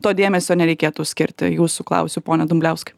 to dėmesio nereikėtų skirti jūsų klausiu pone dumbliauskai